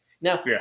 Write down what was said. Now